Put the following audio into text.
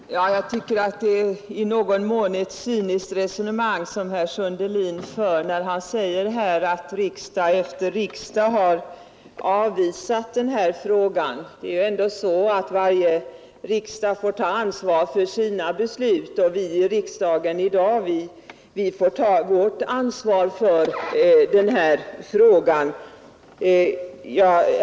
Herr talman! Jag tycker det är i någon mån ett cyniskt resonemang som herr Sundelin för när han hänvisar till att riksdag efter riksdag har avvisat den här frågan. Det är ju ändå så att varje riksdag får ta ansvaret för sina beslut, och vi som i dag sitter i riksdagen får ta vårt ansvar för den här frågan.